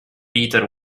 peter